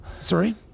Sorry